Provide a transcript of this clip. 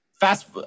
fast